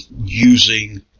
using